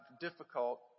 difficult